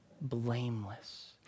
blameless